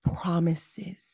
Promises